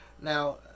Now